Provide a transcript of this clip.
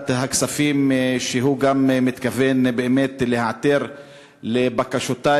הכספים שהוא גם מתכוון להיעתר לבקשותי